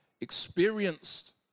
experienced